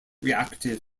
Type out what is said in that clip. reactive